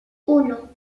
uno